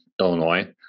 Illinois